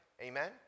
Amen